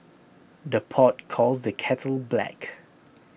the pot calls the kettle black